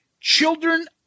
children